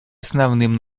основным